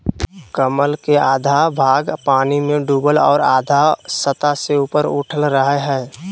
कमल के आधा भाग पानी में डूबल और आधा सतह से ऊपर उठल रहइ हइ